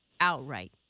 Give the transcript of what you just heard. outright